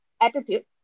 attitude